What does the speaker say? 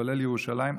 כולל ירושלים,